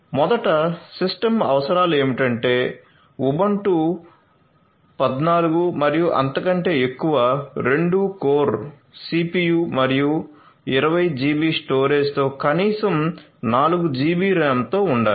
మొదట సిస్టమ్ అవసరాలు ఏమిటంటే ఉబుంటు 14 మరియు అంతకంటే ఎక్కువ 2 కోర్ సిపియు మరియు 20 జిబి స్టోరేజ్తో కనీసం 4 జిబి ర్యామ్తో ఉండాలి